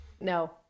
no